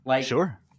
Sure